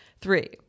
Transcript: three